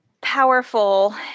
powerful